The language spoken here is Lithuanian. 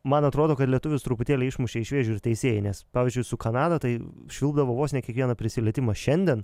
man atrodo kad lietuvius truputėlį išmušė iš vėžių ir teisėjai nes pavyzdžiui su kanada tai špildavo vos ne kiekvieną prisilietimą šiandien